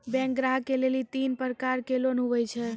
Bank ग्राहक के लेली तीन प्रकर के लोन हुए छै?